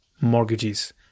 mortgages